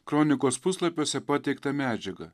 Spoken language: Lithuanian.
kronikos puslapiuose pateiktą medžiagą